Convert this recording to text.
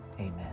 Amen